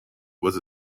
was